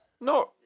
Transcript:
No